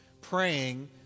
praying